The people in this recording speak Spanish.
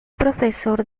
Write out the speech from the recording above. profesor